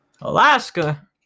Alaska